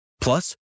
Plus